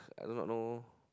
I do not know